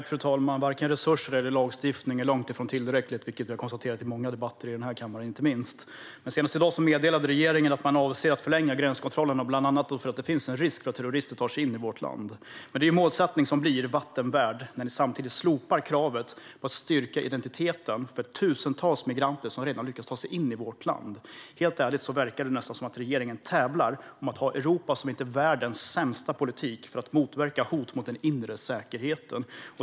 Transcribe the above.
Fru talman! Varken resurser eller lagstiftning är långt ifrån tillräckliga, vilket vi har konstaterat i många debatter i den här kammaren. Senast i dag meddelade regeringen att man avser att förlänga gränskontrollen bland annat för att det finns en risk att terrorister tar sig in i vårt land. Det är en målsättning som blir vatten värd när ni samtidigt slopar kravet på att styrka identiteten för tusentals migranter som redan har lyckats ta sig in i vårt land. Helt ärligt verkar det nästan som att regeringen tävlar om att ha Europas, om inte världens, sämsta politik för att motverka hot mot den inre säkerheten.